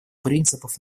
принципов